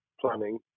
planning